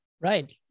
Right